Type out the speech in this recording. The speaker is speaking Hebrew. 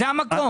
זה המקום.